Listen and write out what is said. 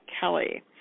Kelly